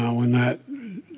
when that